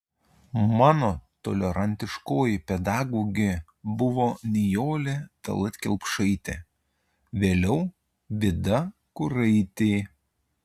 mano tolerantiškoji pedagogė buvo nijolė tallat kelpšaitė vėliau vida kuraitė